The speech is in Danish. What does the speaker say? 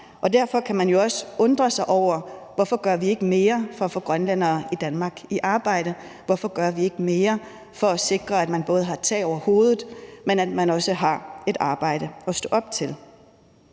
og derfor kan man jo også undre sig over, hvorfor vi ikke gør mere for at få grønlændere i Danmark i arbejde, hvorfor vi ikke gør mere for at sikre, at man både har tag over hovedet, men at man også har et arbejde at stå op til.